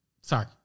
Sorry